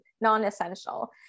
non-essential